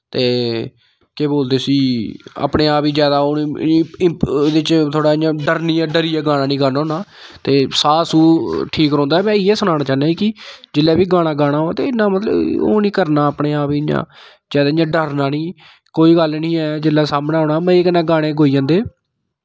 ते केह् बोलदे उस्सी अपने आप गी जैदा ओह् ओह्दे च थोह्ड़ा इ'यां डरना डरियै गाना निं गान्ना होन्ना ते साह्नू ठीक रौंह्दा ऐ में इ'यै सनाना चाह्ना कि जिसलै बी गाना गाना होऐ इ'न्ना मतलब ओह् निं करना अपने आप गी इ'यां डरना निं कोई गल्ल निं ऐ जिसलै सामनै होन्ना मजे कन्नै गाने गोई अंदे